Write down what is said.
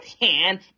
hand